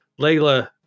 Layla